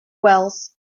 wells